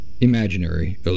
imaginary